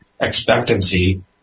expectancy